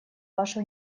вашу